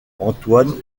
antoine